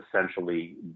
essentially